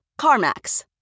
CarMax